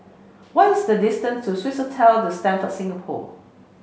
what is the distance to Swissotel The Stamford Singapore